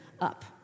up